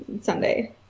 Sunday